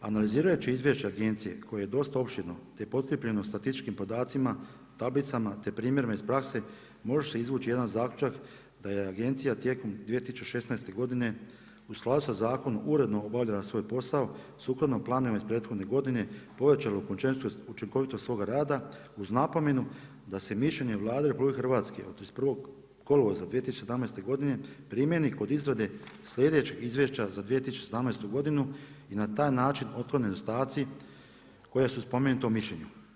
Analizirajući izvješća agencije koja je dosta opširno, te potkrijepljeno statističkim podacima, tablicama, te primjerima iz prakse može se izvući jedan zaključak da je agencija tijekom 2016. godine u skladu sa zakonom uredno obavljala svoj posao sukladno planovima iz prethodne godine pojačalo učinkovitost svoga rada uz napomenu da se mišljenje vlade RH od 31. kolovoza 2017. godine primijeni kod izrade slijedećeg izvješća za 2017. godinu i na taj način otklone nedostaci koja su spomenuta u mišljenju.